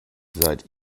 seid